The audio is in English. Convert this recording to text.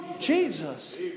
Jesus